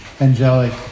angelic